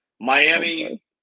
Miami